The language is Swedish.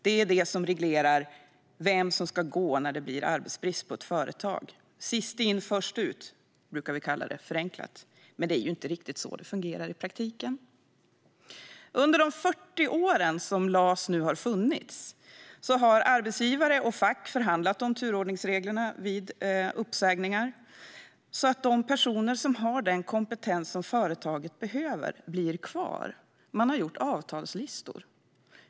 Det är det som reglerar vem som ska gå när det blir arbetsbrist på ett företag. Sist in, först ut, brukar vi kalla det förenklat, men det är inte riktigt så det fungerar i praktiken. Under de 40 år som LAS nu har funnits har arbetsgivare och fack förhandlat om turordningsreglerna vid uppsägningar så att de personer som har den kompetens som företaget behöver blir kvar. Man har gjort avtalslistor.